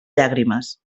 llàgrimes